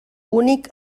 únic